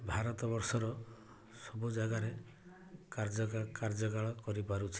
ଭାରତ ବର୍ଷର ସବୁ ଜାଗାରେ କାର୍ଯ୍ୟ କାର୍ଯ୍ୟକାଳ କରି ପାରୁଛି